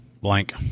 blank